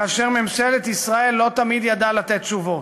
כאשר ממשלת ישראל לא תמיד ידעה לתת תשובות.